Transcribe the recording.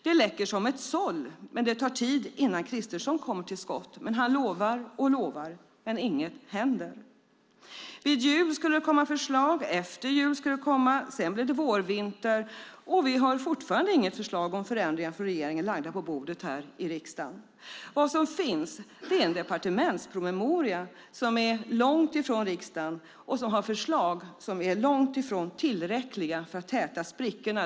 Det läcker som ett såll, men det tar tid innan Kristersson kommer till skott. Han lovar och lovar, men inget händer. Vid jul skulle det komma förslag, och efter jul skulle det komma förslag. Sedan blev det vårvinter, och vi har fortfarande inga förslag från regeringen om förändringar lagda på bordet här i riksdagen. Vad som finns är en departementspromemoria som är långt från riksdagen och som har förslag som är långt ifrån tillräckliga för att täta sprickorna.